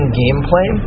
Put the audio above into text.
gameplay